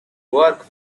work